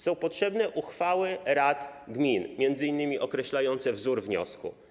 Są potrzebne uchwały rad gmin, m.in. określające wzór wniosku.